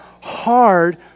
hard